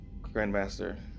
Grandmaster